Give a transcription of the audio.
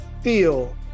feel